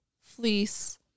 fleece